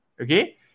Okay